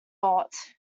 ought